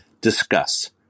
Discuss